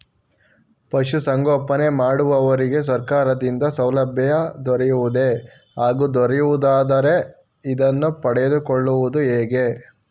ಪಶುಸಂಗೋಪನೆ ಮಾಡುವವರಿಗೆ ಸರ್ಕಾರದಿಂದ ಸಾಲಸೌಲಭ್ಯ ದೊರೆಯುವುದೇ ಹಾಗೂ ದೊರೆಯುವುದಾದರೆ ಇದನ್ನು ಪಡೆದುಕೊಳ್ಳುವುದು ಹೇಗೆ?